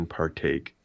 partake